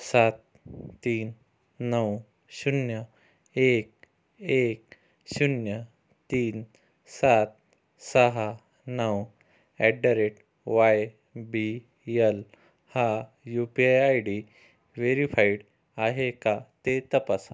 सात तीन नऊ शून्य एक एक शून्य तीन सात सहा नऊ at the rate Y B L हा U P I D verified आहे का ते तपासा